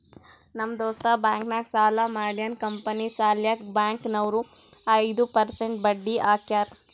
ನಮ್ ದೋಸ್ತ ಬ್ಯಾಂಕ್ ನಾಗ್ ಸಾಲ ಮಾಡ್ಯಾನ್ ಕಂಪನಿ ಸಲ್ಯಾಕ್ ಬ್ಯಾಂಕ್ ನವ್ರು ಐದು ಪರ್ಸೆಂಟ್ ಬಡ್ಡಿ ಹಾಕ್ಯಾರ್